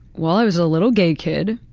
well, i was a little gay kid.